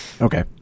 Okay